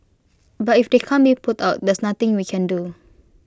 but if they can't be put out there's nothing we can do